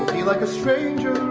like a stranger